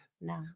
No